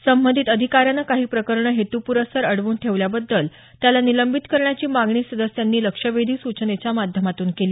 संबंधित अधिकाऱ्यानं काही प्रकरणं हेतुपुरस्सर अडवून ठेवल्याबद्दल त्याला निलंबित करण्याची मागणी सदस्यांनी लक्षवेधी सूचनेच्या माध्यमातून केली